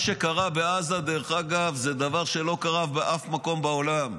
מה שקרה בעזה זה דבר שלא קרה באף מקום בעולם.